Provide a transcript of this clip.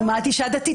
לעומת אישה דתית,